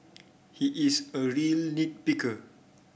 he is a real nit picker